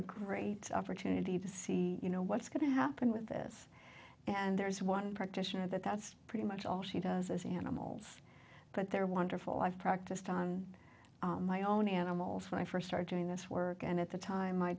a great opportunity to see you know what's going to happen with this and there is one practitioner that that's pretty much all she does as animals but they're wonderful i've practiced on my own animals when i first started doing this work and at the time my